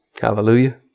Hallelujah